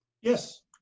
Yes